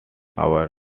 over